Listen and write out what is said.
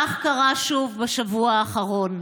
כך קרה שוב בשבוע האחרון.